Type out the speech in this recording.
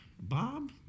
Bob